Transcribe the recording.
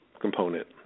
component